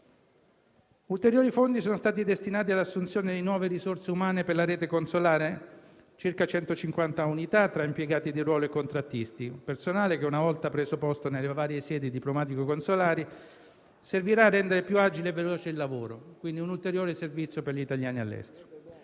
Ulteriori fondi sono stati destinati all'assunzione di nuove risorse umane per la rete consolare: si tratta di circa 150 unità tra impiegati di ruolo e contrattisti; personale che, una volta preso posto nelle varie sedi diplomatico-consolari, servirà a rendere più agile e veloce il lavoro. Si tratta, quindi, di un ulteriore servizio per gli italiani all'estero.